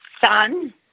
son